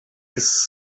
ist